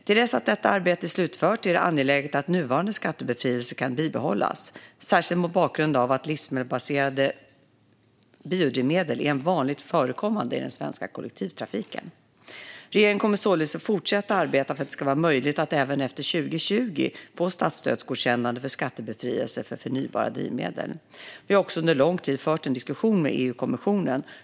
Till dess att detta arbete är slutfört är det angeläget att nuvarande skattebefrielse kan bibehållas, särskilt mot bakgrund av att livsmedelsbaserade biodrivmedel är vanligt förekommande i den svenska kollektivtrafiken. Regeringen kommer således att fortsätta att arbeta för att det ska vara möjligt att även efter 2020 få statsstödsgodkännande för skattebefrielse för förnybara drivmedel. Vi har också under lång tid fört en diskussion med EU-kommissionen.